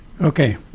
Okay